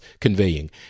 conveying